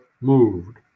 moved